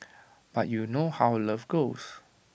but you know how love goes